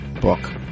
book